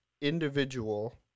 individual